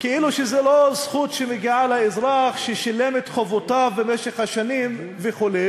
כאילו זו לא זכות שמגיעה לאזרח ששילם את חובותיו במשך השנים וכו',